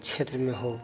क्षेत्र में हो